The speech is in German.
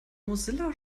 mozilla